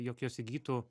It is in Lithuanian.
jog jos įgytų